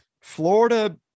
Florida